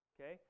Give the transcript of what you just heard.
Okay